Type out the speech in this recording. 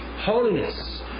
holiness